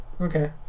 okay